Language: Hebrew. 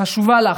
חשובה לך.